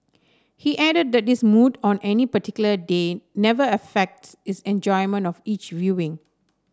he added that his mood on any particular day never affects his enjoyment of each viewing